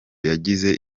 yagize